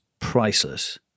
Priceless